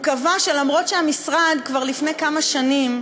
הוא קבע שלמרות העובדה שהמשרד כבר לפני כמה שנים